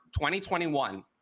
2021